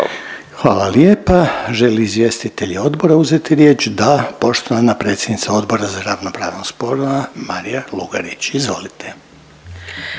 Hvala lijepa. Žele li izvjestitelji odbora uzeti riječ? Da, poštovana predsjednica Odbora za ravnopravnost spolova Marija Lugarić. Izvolite.